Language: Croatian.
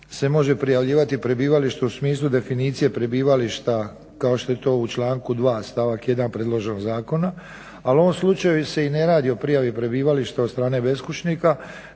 se može prijavljivati prebivalište u smislu definicije prebivališta kao što je to u članku 2. stavak 1. predloženog zakona. Ali u ovom slučaju se i ne radi o prijavi prebivališta od strane beskućnika,